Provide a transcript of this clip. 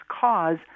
cause